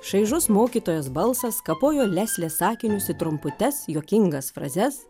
šaižus mokytojos balsas kapojo leslės sakinius į trumputes juokingas frazes